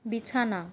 বিছানা